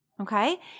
okay